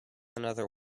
another